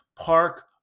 Park